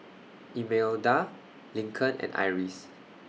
Imelda Lincoln and Iris